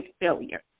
failure